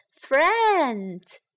friends